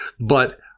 but-